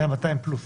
היו 200 פלוס.